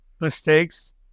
mistakes